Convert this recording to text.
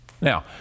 Now